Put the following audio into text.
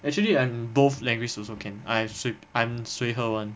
actually I'm both language also can I I'm 随和 [one]